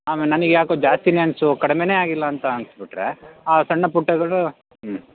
ಆಮೇಲೆ ನನಗ್ ಯಾಕೋ ಜಾಸ್ತಿನೆ ಅನ್ನಿಸ್ತು ಕಡಿಮೆನೆ ಆಗಿಲ್ಲ ಅಂತ ಅನ್ಸ್ಬುಟ್ರೆ ಆ ಸಣ್ಣ ಪುಟ್ಟಗಳು ಹ್ಞ್